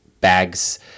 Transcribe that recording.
bags